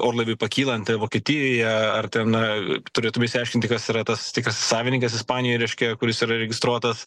orlaiviui pakylant vokietijoje ar na turėtume išsiaiškinti kas yra tas tikrasis savininkas ispanijoj reiškia kuris yra registruotas